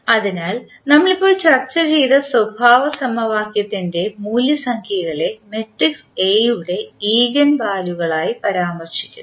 അതിനാൽ നമ്മൾ ഇപ്പോൾ ചർച്ച ചെയ്ത സ്വഭാവ സമവാക്യത്തിൻറെ മൂലസംഖ്യകളെ മാട്രിക്സ് എ യുടെ ഈഗൻ വാല്യുകളായി പരാമർശിക്കുന്നു